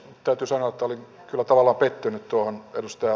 tatu sanoi tuli tavalla pettynyt tuohon tutustua